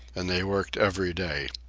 and they worked every day.